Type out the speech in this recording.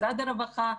משרד הרווחה,